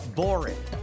boring